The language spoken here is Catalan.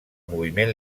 moviment